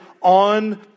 on